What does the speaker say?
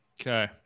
okay